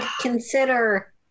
consider